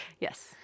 Yes